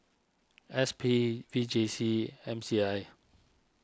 S P V J C M C I